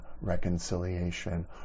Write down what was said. reconciliation